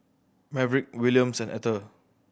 Maverick Williams and Etter